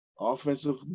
offensive